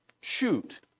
shoot